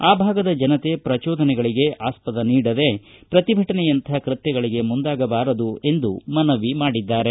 ಆ ಭಾಗದ ಜನತೆ ಪ್ರಚೋದನೆಗಳಿಗೆ ಆಸ್ಪದ ನೀಡದೆ ಪ್ರತಿಭಟನೆಯಂತಹ ಕೃತ್ಯಗಳಿಗೆ ಮುಂದಾಗಬಾರದು ಎಂದು ಮನವಿ ಮಾಡಿದ್ದಾರೆ